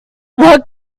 what